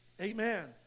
Amen